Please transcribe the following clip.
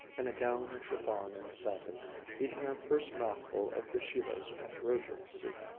in a gown of chiffon and satin eating her first mouthful of yoshido's ambrosial soup.